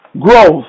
Growth